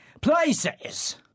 Places